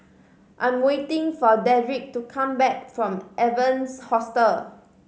I'm waiting for Dedrick to come back from Evans Hostel